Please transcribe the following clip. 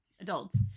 adults